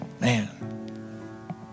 Man